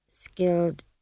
skilled